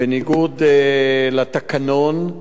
בניגוד לתקנון,